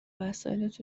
وسایلت